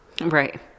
Right